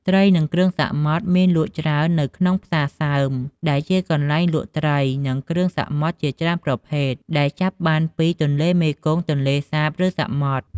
ត្រី និងគ្រឿងសមុទ្រ មានលក់ច្រើននៅក្នុង "ផ្សារសើម" ដែលជាកន្លែងលក់ត្រី និងគ្រឿងសមុទ្រជាច្រើនប្រភេទ ដែលចាប់បានពីទន្លេមេគង្គ ទន្លេសាប ឬសមុទ្រ។